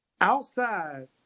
outside